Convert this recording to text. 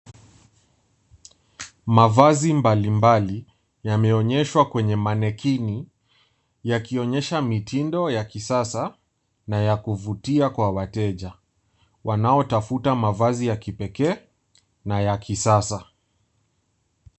Mavazi mbalimbali yameonyeshwa kwenye manekini yakionyesha mitindo ya kisasa na ya kuvutia kwa wateja wanaotafuta mavazi ya kipekee na ya kisasa.